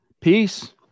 Peace